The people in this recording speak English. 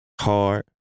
hard